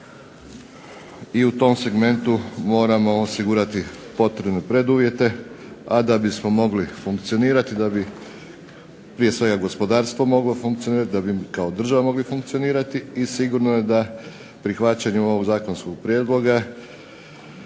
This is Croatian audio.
i u tom segmentu moramo osigurati potrebne preduvjete, a da bismo mogli funkcionirati, da bi prije svega gospodarstvo moglo funkcionirati, da bi kao država mogli funkcionirati. I sigurno je da prihvaćanjem ovog zakonskog prijedloga